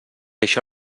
això